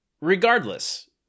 regardless